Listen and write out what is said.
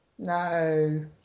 No